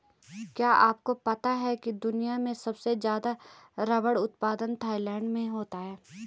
क्या आपको पता है दुनिया में सबसे ज़्यादा रबर उत्पादन थाईलैंड में होता है?